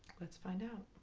let's find out!